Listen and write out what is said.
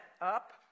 up